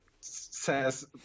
says